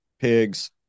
pigs